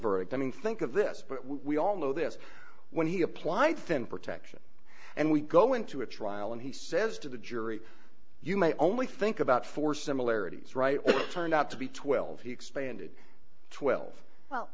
verdict i mean think of this but we all know this when he applied thin protection and we go into a trial and he says to the jury you may only think about four similarities right turned out to be twelve he expanded twelve well